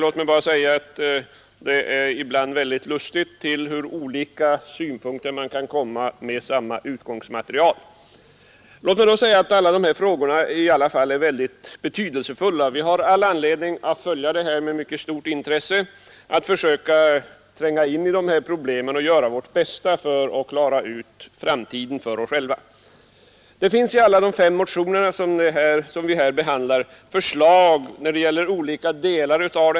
Låt mig bara säga att det är lustigt att man kan komma till så många olika slutsatser med samma utgångsmaterial. Alla dessa frågor är väldigt betydelsefulla, och vi har all anledning att följa dem med mycket stort intresse, att försöka tränga in i problemen och göra vårt bästa för att klara ut framtiden för oss själva. I de fem motioner som vi här behandlar handläggs förslag när det gäller olika delar av detta område.